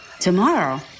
Tomorrow